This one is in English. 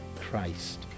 Christ